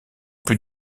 plus